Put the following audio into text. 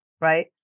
right